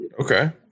Okay